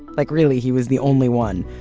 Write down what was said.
like really, he was the only one,